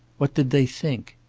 what did they think?